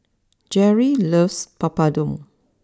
Jeri loves Papadum